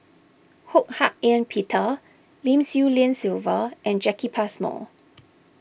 Ho Hak Ean Peter Lim Swee Lian Sylvia and Jacki Passmore